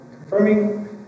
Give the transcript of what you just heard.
confirming